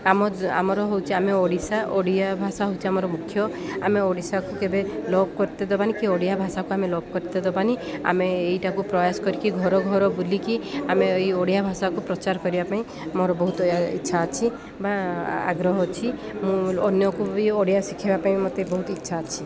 ଆମ ଆମର ହେଉଛି ଆମେ ଓଡ଼ିଶା ଓଡ଼ିଆ ଭାଷା ହେଉଛି ଆମର ମୁଖ୍ୟ ଆମେ ଓଡ଼ିଶାକୁ କେବେ ଲୋପ କରତେ ଦବାନି କି ଓଡ଼ିଆ ଭାଷାକୁ ଆମେ ଲୋପ କରତେ ଦବାନି ଆମେ ଏଇଟାକୁ ପ୍ରୟାସ କରିକି ଘର ଘର ବୁଲିକି ଆମେ ଏଇ ଓଡ଼ିଆ ଭାଷାକୁ ପ୍ରଚାର କରିବା ପାଇଁ ମୋର ବହୁତ ଇଚ୍ଛା ଅଛି ବା ଆଗ୍ରହ ଅଛି ମୁଁ ଅନ୍ୟକୁ ବି ଓଡ଼ିଆ ଶିଖିବା ପାଇଁ ମୋତେ ବହୁତ ଇଚ୍ଛା ଅଛି